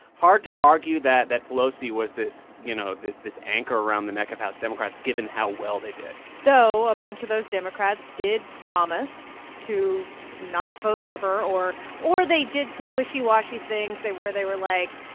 hard to argue that that pelosi was this you know, this this anchor around the neck of house democrats, given how well they did though a bunch of those democrats did promise to not vote for her, or or they did some wishy-washy things, where they were like,